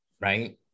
Right